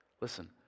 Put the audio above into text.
listen